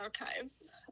archives